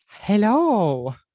Hello